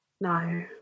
No